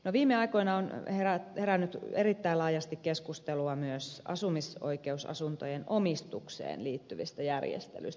viime aikoina on herännyt erittäin laajasti keskustelua myös asumisoikeusasuntojen omistukseen liittyvistä järjestelyistä